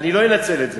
אני לא אנצל את זה.